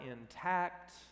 intact